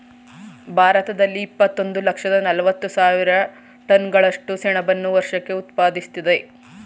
ಭಾರತದಲ್ಲಿ ಇಪ್ಪತ್ತೊಂದು ಲಕ್ಷದ ನಲವತ್ತು ಸಾವಿರ ಟನ್ಗಳಷ್ಟು ಸೆಣಬನ್ನು ವರ್ಷಕ್ಕೆ ಉತ್ಪಾದಿಸ್ತದೆ